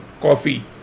coffee